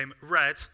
red